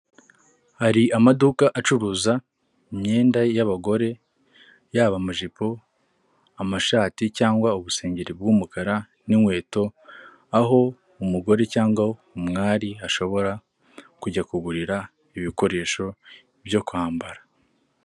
Hari amaduka acuruza imyenda y'abagore yaba amajipo, amashati cyangwa ubusengeri bw'umukara n'inkweto, aho umugore cyangwa umwari ashobora kujya kugurira ibikoresho byo kwambara.